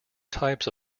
types